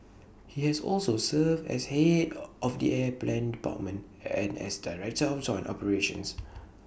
he has also served as Head of the airplan department and as director of joint operations